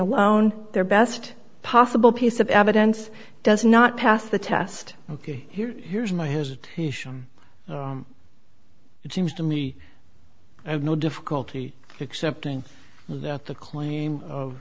alone their best possible piece of evidence does not pass the test ok here here's my here's it seems to me i have no difficulty accepting that the claim of